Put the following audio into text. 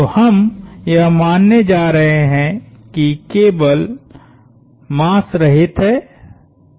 तो हम यह मानने जा रहे हैं कि केबल मास रहित है